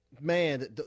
Man